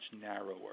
narrower